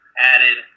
added